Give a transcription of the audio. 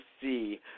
see